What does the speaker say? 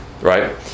Right